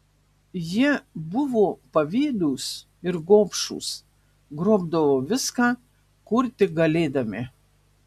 jie buvo pavydūs ir gobšūs grobdavo viską kur tik galėdami